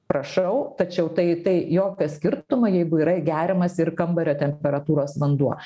prašau tačiau tai tai jokio skirtumo jeigu yra geriamas ir kambario temperatūros vanduo